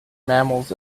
mammals